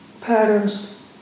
patterns